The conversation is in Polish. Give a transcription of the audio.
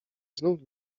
znów